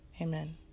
amen